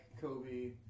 Kobe